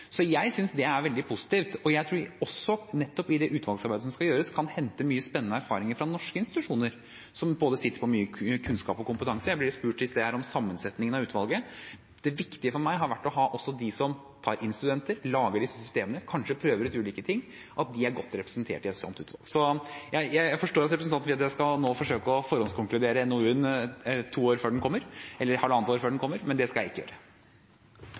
Så jeg synes det er veldig positivt, og jeg tror vi også, nettopp i det utvalgsarbeidet som skal gjøres, kan hente mye spennende erfaring fra norske institusjoner, som sitter på mye både kunnskap og kompetanse. Jeg ble spurt i sted her om sammensetningen av utvalget. Det viktige for meg har vært at også de som tar inn studenter, lager systemene og kanskje prøver ut ulike ting, er godt representert i et sånt utvalg. Jeg forstår at representanten vil at jeg nå skal forsøke å forhåndskonkludere NOU-en, halvannet eller to år før den kommer; det skal jeg ikke gjøre. Nå skal vi straks gå inn for landing her, men jeg klarte ikke